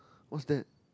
what's that